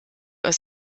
aus